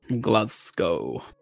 Glasgow